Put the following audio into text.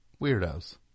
weirdos